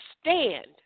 stand